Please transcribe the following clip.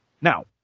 Now